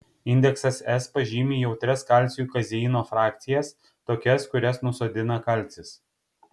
indeksas s pažymi jautrias kalciui kazeino frakcijas tokias kurias nusodina kalcis